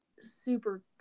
super